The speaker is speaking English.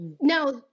Now